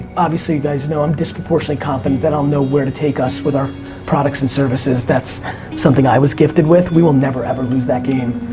obviously you guys know i'm disproportionately confident that i'll know where to take us with our products and services. that's something i was gifted with. we will never, ever lose that game.